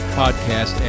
podcast